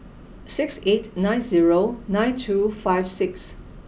six eight nine zero nine two five six